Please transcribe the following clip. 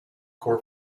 core